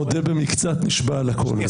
מודה במקצת, נשבע על הכול.